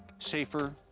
safer,